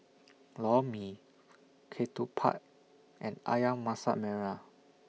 Lor Mee Ketupat and Ayam Masak Merah